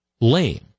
lame